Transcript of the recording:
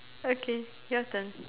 okay your turn